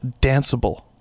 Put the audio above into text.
danceable